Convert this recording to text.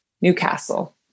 Newcastle